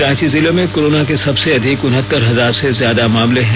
रांची जिले में कोरोना के सबसे अधिक उनहत्तर हजार से ज्यादा मामले हैं